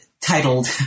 titled